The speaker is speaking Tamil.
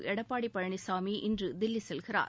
எடப்பாடி பழனிச்சாமி இன்று தில்லி செல்கிறார்